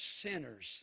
sinners